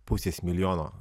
pusės milijono